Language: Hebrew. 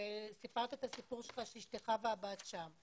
כאן וסיפרת את הסיפור שלך ואמרת שאשתך והבת שם.